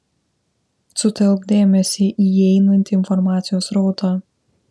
sutelk dėmesį į įeinantį informacijos srautą